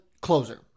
closer